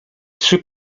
czy